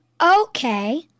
okay